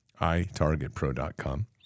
itargetpro.com